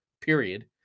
period